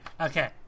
okay